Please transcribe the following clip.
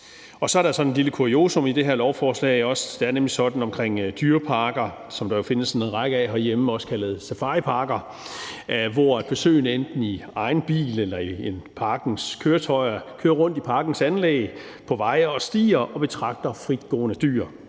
også sådan et lille kuriosum i det her lovforslag, nemlig omkring dyreparker – også kaldet safariparker – som der jo findes en række af herhjemme, hvor besøgende i egen bil eller i parkens køretøjer kører rundt i parkens anlæg på veje og stier og betragter fritgående dyr;